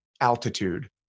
altitude